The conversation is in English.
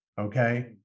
okay